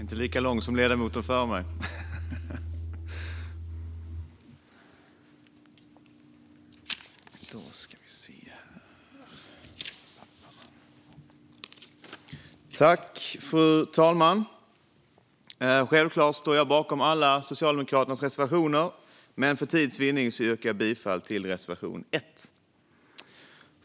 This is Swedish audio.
Fru talman! Jag står självklart bakom alla reservationer från Socialdemokraterna, men för tids vinnande yrkar jag bifall endast till reservation 1.